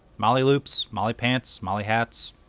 molle yeah loops, molle pants, molle hats,